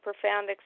profound